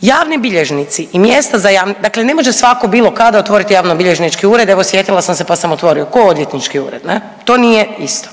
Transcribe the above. Javni bilježnici i mjesta za, dakle ne može svako bilo kada otvoriti javnobilježnički ured evo sjetila sam se pa sam otvorio, ko odvjetnički ured ne, to nije isto.